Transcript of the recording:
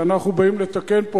ואנחנו באים לתקן פה,